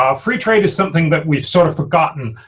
um free trade is something that we've sort of forgotten